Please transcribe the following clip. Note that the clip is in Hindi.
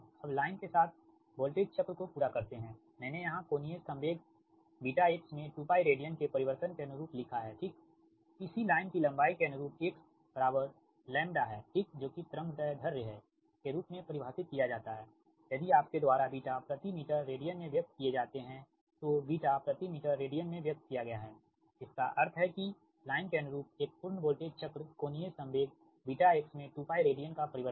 अब लाइन के साथ वोल्टेज चक्र को पूरा करते है मैंने यहाँ कोणीय संवेगβx मे 2π रेडियन के परिवर्तन के अनुरूप लिखा है ठीक इसी लाइन की लंबाई के अनुरूप x λ है ठीक जो कि तरंग दैर्ध्य के रूप में परिभाषित किया जाता है यदि आपके द्वारा प्रति मीटर रेडियन में व्यक्त किए जाते हैं तो प्रति मीटर रेडियन में व्यक्त किया गया है इसका अर्थ है कि लाइन के अनुरूप एक पूर्ण वोल्टेज चक्र कोणीय संवेग βx में 2π रेडियन का परिवर्तन है